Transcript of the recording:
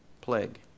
plague